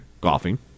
golfing